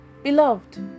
Beloved